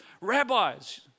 rabbis